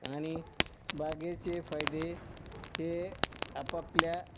आणि बागेचे फायदे हे आपापल्या